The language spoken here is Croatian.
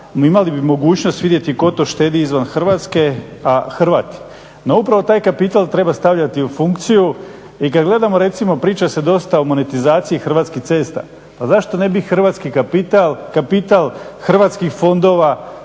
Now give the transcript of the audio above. imali bi mogućnost vidjeti tko to štedi izvan Hrvatske, a Hrvat. No upravo taj kapital treba stavljati u funkciju i kada gledamo recimo, priča se dosta o … Hrvatskim cesta pa zašto ne bi hrvatski kapital, kapital hrvatskih fondova,